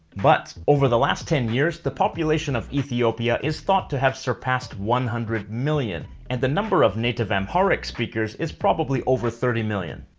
but over the last ten years the population of ethiopia is thought to have surpassed one hundred million and the number of native amharic speakers is probably over thirty million.